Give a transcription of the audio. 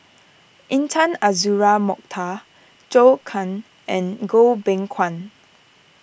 Intan Azura Mokhtar Zhou Can and Goh Beng Kwan